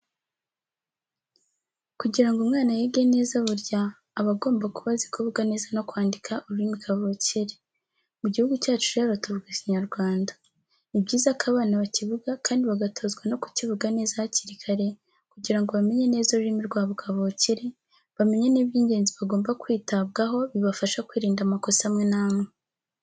Kugira ngo umwana yige neza burya aba agomba kuba azi kuvuga neza no kwandika ururimi kavukire. Mu gihugu cyacu rero tuvuga Ikinyarwanda ni byiza ko abana bakivuga kandi bagatozwa no kukivuga neza hakiri kare kugira ngo bamenye neza ururimi rwabo kavukire, bamenye n'iby'ingenzi bagomba kwitabwaho bibafasha kwirinda amakosa amwe n'amwe.